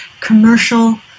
commercial